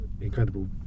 incredible